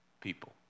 people